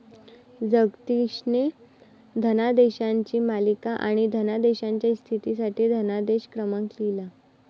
जगदीशने धनादेशांची मालिका आणि धनादेशाच्या स्थितीसाठी धनादेश क्रमांक लिहिला